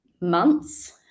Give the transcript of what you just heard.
months